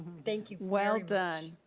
thank you. well done.